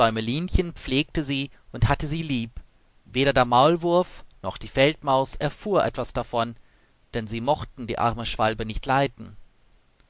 däumelinchen pflegte sie und hatte sie lieb weder der maulwurf noch die feldmaus erfuhr etwas davon denn sie mochten die arme schwalbe nicht leiden